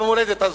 במולדת הזו,